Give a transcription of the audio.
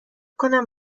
کنم